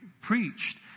preached